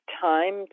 time